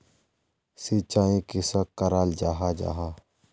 सिंचाई किसोक कराल जाहा जाहा?